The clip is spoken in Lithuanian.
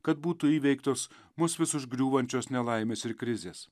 kad būtų įveiktos mus vis užgriūvančios nelaimės ir krizės